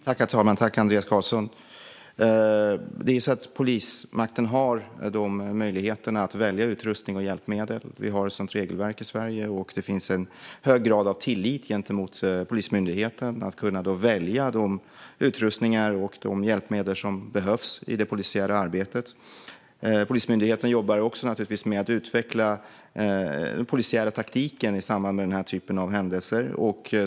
Herr talman! Jag tackar Andreas Carlson för frågan. Polismakten har möjligheter att välja utrustning och hjälpmedel. Vi har ett sådant regelverk i Sverige. Och det finns en hög grad av tillit till Polismyndigheten att man kan välja de utrustningar och hjälpmedel som behövs i det polisiära arbetet. Polismyndigheten jobbar naturligtvis också med att utveckla den polisiära taktiken i samband med denna typ av händelser.